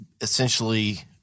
essentially